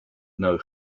know